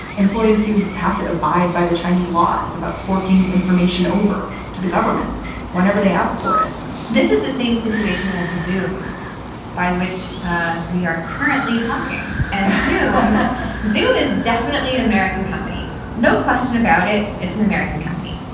employees who have to abide by the chinese laws about forking information over to the government whenever they ask for it this is the same situation as zoome by which ah we are currently talking. and zoom. zoom is definitely an american company, no question about it. it's an american company,